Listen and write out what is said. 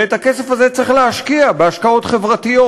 ואת הכסף הזה צריך להשקיע בהשקעות חברתיות,